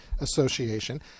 Association